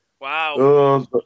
Wow